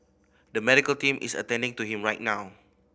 the medical team is attending to him right now